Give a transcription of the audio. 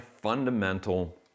fundamental